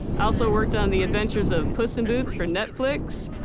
also worked on the adventures of puss in boots for netflix,